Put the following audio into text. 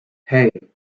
hey